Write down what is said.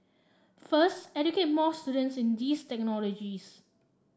first educate more students in these technologies